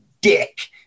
dick